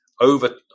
over